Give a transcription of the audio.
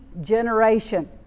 generation